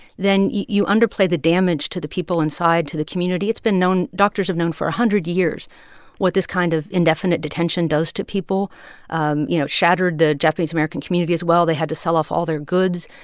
then you underplay the damage to the people inside, to the community it's been known doctors have known for a hundred years what this kind of indefinite detention does to people um you know, shattered the japanese american community as well. they had to sell off all their goods.